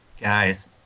Guys